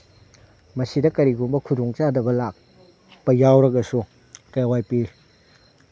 ꯃꯁꯤꯗ ꯀꯔꯤꯒꯨꯝꯕ ꯈꯨꯗꯣꯡꯆꯥꯗꯕ ꯂꯥꯛꯄ ꯌꯥꯎꯔꯒꯁꯨ ꯀꯦ ꯋꯥꯏ ꯄꯤ